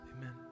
Amen